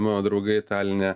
mano draugai taline